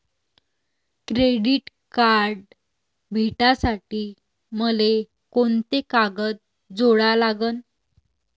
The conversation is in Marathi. क्रेडिट कार्ड भेटासाठी मले कोंते कागद जोडा लागन?